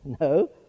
No